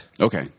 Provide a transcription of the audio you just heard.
Okay